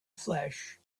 flesh